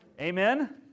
Amen